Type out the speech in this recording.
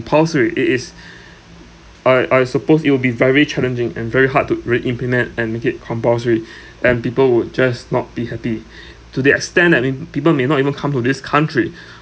compulsory it is I I suppose it will be very challenging and very hard to re-implement and make it compulsory and people would just not be happy to the extent that maybe people may not even come to this country